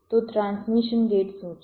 તો transmission gate શું છે